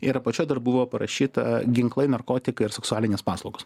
ir apačioj dar buvo parašyta ginklai narkotikai ir seksualinės paslaugos